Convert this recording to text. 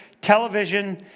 television